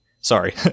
sorry